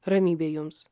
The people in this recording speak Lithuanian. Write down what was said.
ramybė jums